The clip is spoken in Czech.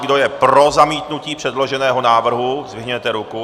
Kdo je pro zamítnutí předloženého návrhu, zdvihněte ruku.